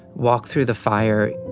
walk through the fire,